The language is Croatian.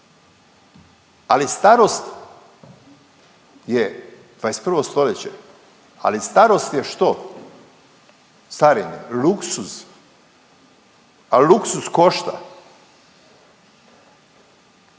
ali starost, je 21. stoljeće, ali starost je što? Starenje? Luksuz, a luksuz košta.